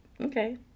Okay